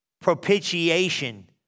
propitiation